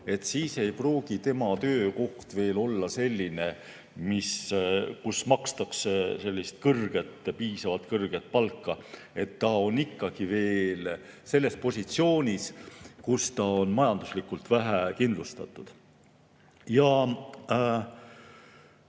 siis ei pruugi tema töökoht olla selline, kus makstakse piisavalt kõrget palka. Ta on ikkagi veel selles positsioonis, kus ta on majanduslikult vähekindlustatud. Ja